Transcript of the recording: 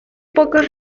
pocos